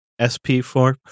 SP4